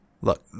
Look